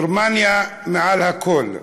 "גרמניה מעל הכול",